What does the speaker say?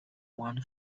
one